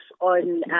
on